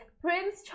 Prince